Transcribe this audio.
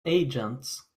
agents